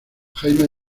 jaime